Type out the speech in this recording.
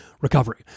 recovery